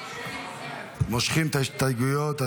מושכים את ההסתייגויות.